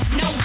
no